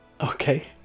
Okay